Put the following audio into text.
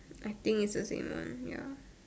I think it's the same on ya